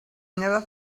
never